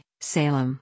Salem